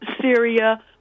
Syria